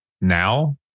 now